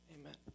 Amen